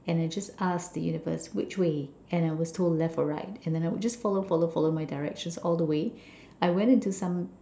and I just asked the universe which way and I was told left or right and then I would just follow follow follow my directions all the way I went into some